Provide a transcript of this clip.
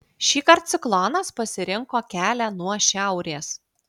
šįkart ciklonas pasirinko kelią nuo šiaurės